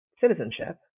citizenship